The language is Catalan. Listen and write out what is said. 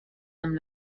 amb